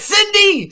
Cindy